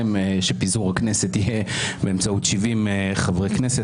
שפיזור הכנסת יהיה באמצעות 70 חברי כנסת.